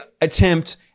attempt